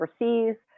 overseas